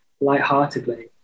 lightheartedly